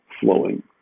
flowing